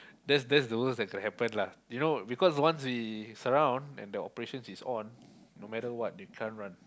that that's the worst that could happen lah you know because once we surround and the operations is on no matter what they can't run